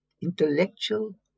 intellectual